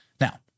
Now